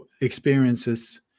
experiences